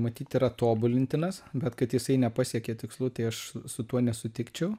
matyt yra tobulintinas bet kad jisai nepasiekė tikslų tai aš su tuo nesutikčiau